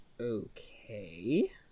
Okay